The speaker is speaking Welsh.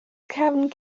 cefn